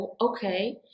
Okay